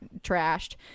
trashed